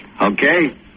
Okay